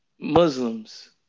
Muslims